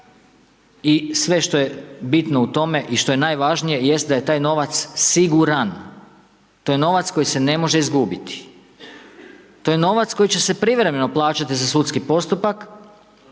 i sve što je bitno u tome i što je najvažnije jest da je taj novac siguran, to je novac koji se ne može izgubiti, to je novac koji će se privremeno plaćati za sudski postupak,